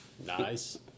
Nice